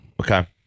Okay